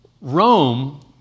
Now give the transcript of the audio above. Rome